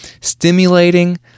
stimulating